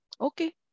okay